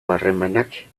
harremanak